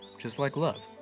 just like love.